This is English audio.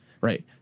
right